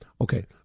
Okay